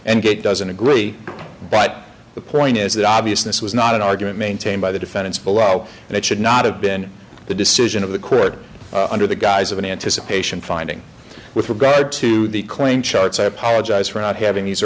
and get doesn't agree but the point is that obviousness was not an argument maintained by the defendants below and it should not have been the decision of the court under the guise of an anticipation finding with regard to the claim charts i apologize for not having these